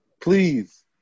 please